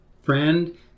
friend